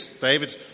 David